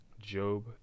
Job